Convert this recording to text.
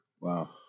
Wow